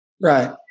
Right